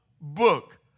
book